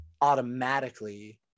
automatically